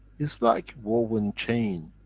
it's like woven chain.